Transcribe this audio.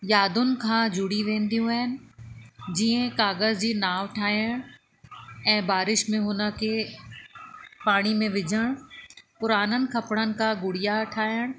यादियुनि खां जुड़ी वेंदियूं आहिनि जीअं कागज़ जी नाव ठाहिण ऐं बारिश में हुन के पाणी में विझणु पुराननि कपिड़नि खां गुड़िया ठाहिणु